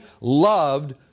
loved